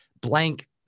blank